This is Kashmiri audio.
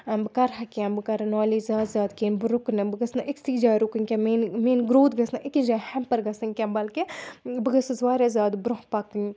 بہٕ کَرٕ ہا کیٚنٛہہ بہٕ کَرٕ نالیج زیادٕ زیادٕ کِہیٖنۍ بہٕ رُکہٕ نہٕ بہٕ گٔژھنہٕ أکٕسے جایہِ رُکٕنۍ کیٚنٛہہ میٛٲنۍ میٛٲنۍ گرٛوتھ گٔژھنہٕ أکِس جایہِ ہٮ۪مپَر گژھٕنۍ کیٚنٛہہ بلکہِ بہٕ گٔژھٕس واریاہ زیادٕ برٛونٛہہ پَکٕنۍ